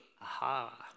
Aha